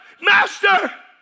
master